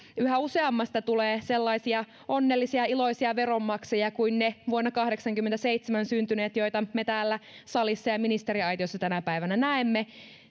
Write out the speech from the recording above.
yhä useammista tulee sellaisia onnellisia iloisia veronmaksajia kuin ne vuonna kahdeksankymmentäseitsemän syntyneet joita me täällä salissa ja ja ministeriaitiossa tänä päivänä näemme